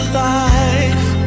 life